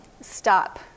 Stop